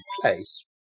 place